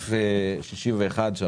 וסעיף 61 לחוק מיסוי מקרקעין (שבח ורכישה),